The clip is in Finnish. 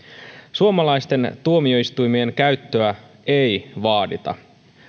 suomalaisten tuomioistuimien käyttöä ei vaadita